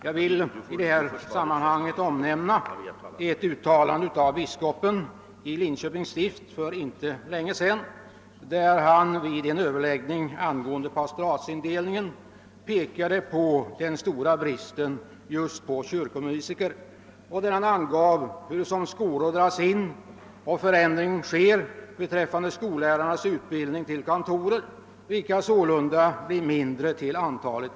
Jag vill i detta sammanhang omnämna ett uttalande av biskopen i Linköpings stift för inte länge sedan. Vid en överläggning angående pastoratsindelningen pekade han på den stora bristen just på kyrkomusiker. Han framhöll att skolor dras in och förändring sker beträffande skollärarnas utbildning till kantorer, vilka sålunda minskar i antal.